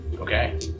Okay